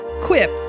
quip